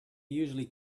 usually